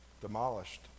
demolished